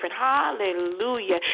Hallelujah